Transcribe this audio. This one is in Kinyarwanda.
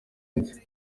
nzi